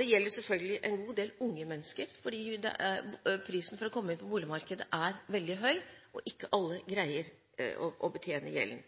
Det gjelder selvfølgelig en god del unge mennesker, fordi prisen for å komme inn på boligmarkedet er veldig høy, og ikke alle greier å betjene gjelden.